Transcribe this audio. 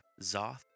Zoth